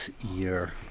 year